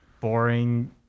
boring